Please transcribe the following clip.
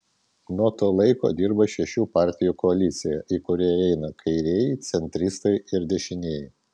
nuo to laiko dirba šešių partijų koalicija į kurią įeina kairieji centristai ir dešinieji